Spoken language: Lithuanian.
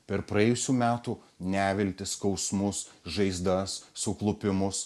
per praėjusių metų neviltį skausmus žaizdas suklupimus